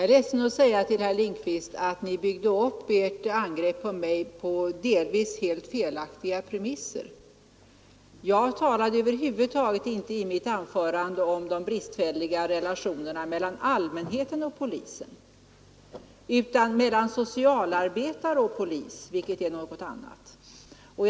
relationerna mellan allmänheten och polisen utan om relationerna mellan socialarbetare och polis, vilket är något helt annat.